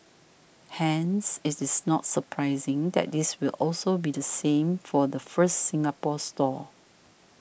hence it is not surprising that this will also be the same for the first Singapore store